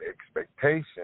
expectation